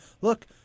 Look